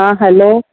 हा हलो